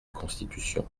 constitution